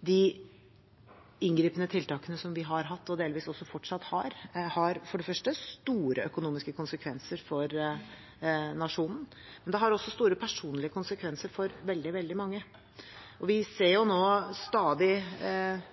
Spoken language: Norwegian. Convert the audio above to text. de inngripende tiltakene vi har hatt, og som vi delvis også fortsatt har, for det første har store økonomiske konsekvenser for nasjonen, men de har også store personlige konsekvenser for veldig, veldig mange. Vi ser